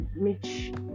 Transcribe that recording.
mitch